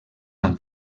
amb